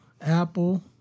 Apple